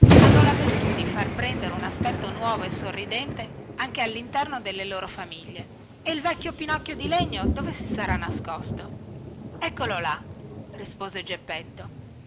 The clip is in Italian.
hanno la virtù di far prendere un aspetto nuovo e sorridente anche allinterno delle loro famiglie e il vecchio pinocchio di legno dove si sarà nascosto eccolo là rispose geppetto